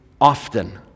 often